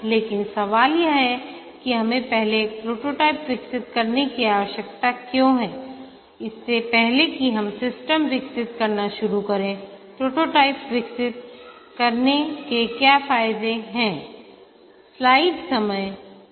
लेकिन सवाल यह है कि हमें पहले एक प्रोटोटाइप विकसित करने की आवश्यकता क्यों हैइससे पहले कि हम सिस्टम विकसित करना शुरू करें प्रोटोटाइप विकसित करने के क्या फायदे हैं